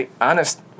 honest